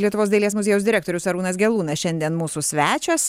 lietuvos dailės muziejaus direktorius arūnas gelūnas šiandien mūsų svečias